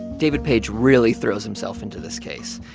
david page really throws himself into this case.